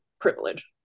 privilege